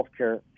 healthcare